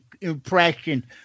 Impression